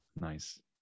Nice